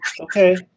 okay